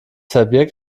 verbirgt